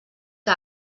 que